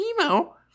emo